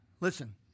Listen